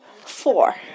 four